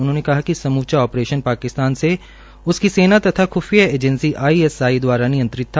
उन्होंने कहा कि समूचा ऑपरेशन पाकिस्तान से उसकी सेना तथा ख्फिया एजेंसी आईएसआई द्वारा नियंत्रित था